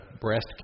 breast